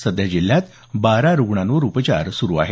सध्या जिल्हात बारा रुग्णांवर उपचार सुरू आहेत